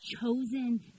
chosen